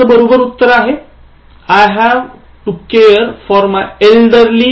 याच बरोबर उत्तर आहे I have to care for my elderly parents